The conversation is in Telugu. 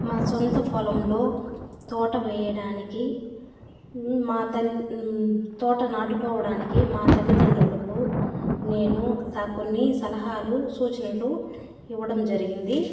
మా సొంత పొలంలో తోట వేయడానికి మా తల్లి తోట నాటుకోవడానికి మా తల్లిదండ్రులకు నేను నా కొన్ని సలహాలు సూచనలు ఇవ్వడం జరిగింది